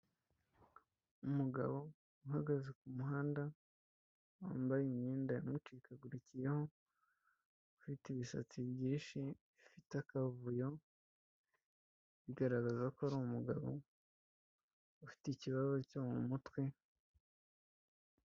Umugabo uhagaze ku muhanda wambaye imyenda yamucikagurikiyeho, ufite ibisatsi byinshi, bifite akavuyo, bigaragaza ko ari umugabo ufite ikibazo cyo mu mutwe.